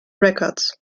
records